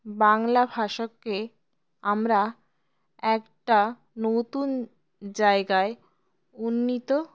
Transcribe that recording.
বাংলা ভাষাকে আমরা একটা নতুন জায়গায় উন্নীত